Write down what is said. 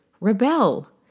rebel